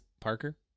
Parker